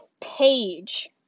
page